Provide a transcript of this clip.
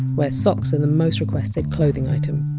where socks are the most requested clothing item.